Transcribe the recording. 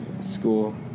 School